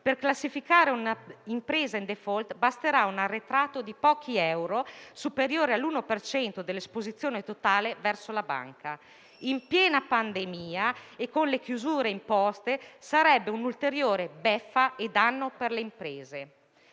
per classificare un'impresa in *default* basterà un arretrato di pochi euro, superiore all'1 per cento dell'esposizione totale verso la banca: in piena pandemia e con le chiusure imposte, questo sarebbe un'ulteriore beffa e un ulteriore danno per le imprese.